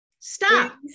Stop